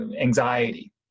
anxiety